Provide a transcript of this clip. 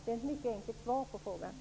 Det är mycket enkelt.